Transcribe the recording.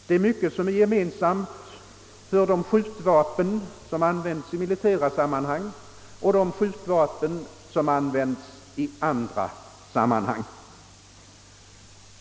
Det är mycket som är gemensamt för de skjutvapen, vilka användes i militära sammanhang, och de skjutvapen som användes i andra sammanhang.